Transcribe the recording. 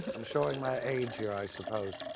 i'm showing my age here i suppose.